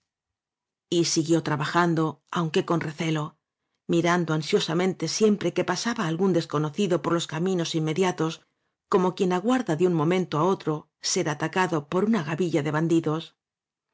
siguió trabajando aunque con recelo mirando ansiosamente siempre que pasaba algún desconocido por los caminos inmediatocomo quien aguarda de un momento a ot ser atacado por una gavilla de bandidos